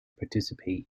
participate